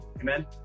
Amen